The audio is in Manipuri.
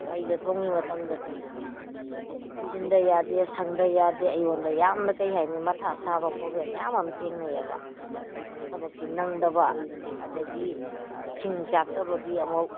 ꯃꯩꯗ ꯊꯣꯡꯏ ꯃꯇꯝꯗꯗꯤ ꯏꯟꯁꯤꯟꯗꯕ ꯌꯥꯗꯦ ꯁꯪꯗꯕ ꯌꯥꯗꯦ ꯑꯩꯉꯣꯟꯗ ꯌꯥꯝꯅ ꯀꯔꯤ ꯍꯥꯏꯅꯤ ꯃꯊꯥ ꯁꯥꯕ ꯄ꯭ꯔꯣꯕ꯭ꯂꯦꯝ ꯃꯌꯥꯝ ꯑꯃ ꯊꯦꯡꯅꯩꯑꯕ ꯊꯕꯛꯁꯤ ꯅꯪꯗꯕ ꯑꯗꯨꯗꯒꯤ ꯁꯤꯡ ꯆꯥꯛꯇꯕꯒꯤ ꯑꯃꯨꯛ